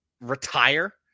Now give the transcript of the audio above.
retire